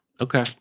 Okay